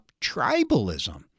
tribalism